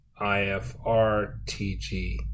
IFRTG